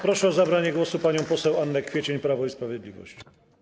Proszę o zabranie głosu panią poseł Annę Kwiecień, Prawo i Sprawiedliwość.